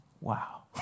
Wow